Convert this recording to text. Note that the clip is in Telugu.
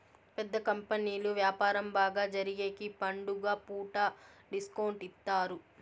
పెద్ద కంపెనీలు వ్యాపారం బాగా జరిగేగికి పండుగ పూట డిస్కౌంట్ ఇత్తారు